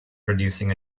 producing